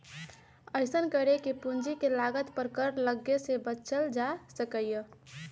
अइसन्न करे से पूंजी के लागत पर कर लग्गे से बच्चल जा सकइय